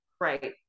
Right